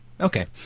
Okay